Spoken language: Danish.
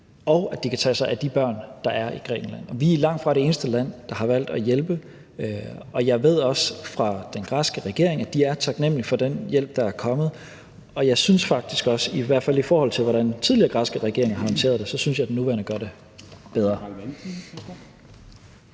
og at de kan tage sig af de børn, der er i Grækenland. Vi er langtfra det eneste land, der har valgt at hjælpe, og jeg ved også fra den græske regering, at de er taknemlige for den hjælp, der er kommet, og jeg synes faktisk også, i hvert fald i forhold til hvordan tidligere græske regeringer har håndteret det, at den nuværende gør det bedre.